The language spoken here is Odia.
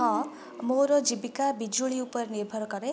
ହଁ ମୋର ଜୀବିକା ବିଜୁଳି ଉପରେ ନିର୍ଭର କରେ